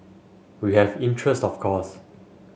we have interest of course